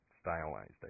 stylized